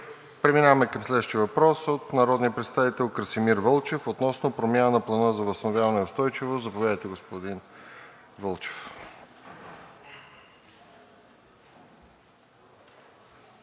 Преминаваме към следващия въпрос – от народния представител Красимир Вълчев, относно промяна на Плана за възстановяване и устойчивост. Заповядайте, господин Вълчев.